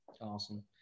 Awesome